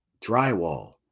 drywall